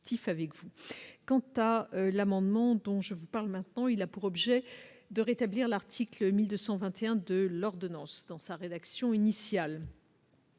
quant à l'amendement dont je vous parle maintenant, il a pour objet de rétablir l'article 1221 de l'ordonnance dans sa rédaction initiale.